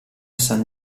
san